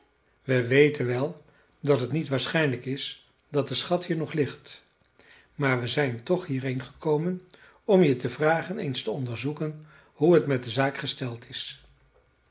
we weten wel dat het niet waarschijnlijk is dat de schat hier nog ligt maar we zijn toch hierheen gekomen om je te vragen eens te onderzoeken hoe t met de zaak gesteld is